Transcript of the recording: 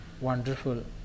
wonderful